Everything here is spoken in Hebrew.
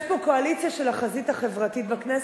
יש פה קואליציה של החזית החברתית בכנסת,